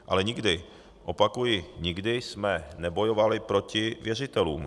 Ale nikdy, opakuji nikdy, jsme nebojovali proti věřitelům.